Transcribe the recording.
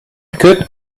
could